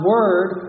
Word